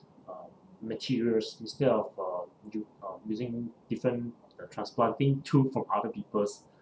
um materials instead of uh u~ uh using different uh transplanting tooth from other people's